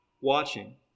watching